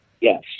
yes